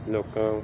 ਲੋਕਾਂ